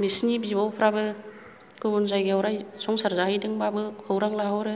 बिसिनि बिब'फ्राबो गुबुन जायगायाव संसार जाहैदोंबाबो खौरां लाहरो